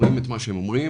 אומרים את מה שהם אומרים,